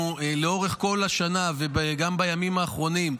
לאורך כל השנה, וגם בימים האחרונים,